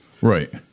Right